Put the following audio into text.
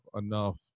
enough